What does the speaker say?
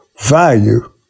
value